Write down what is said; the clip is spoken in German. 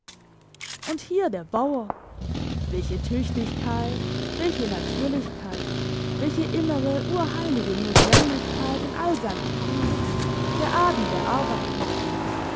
und hier der bauer welche tüchtigkeit welche natürlichkeit welche innere urheilige notwendigkeit in all seinem tun der adel der arbeit